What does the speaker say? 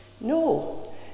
No